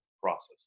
process